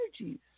energies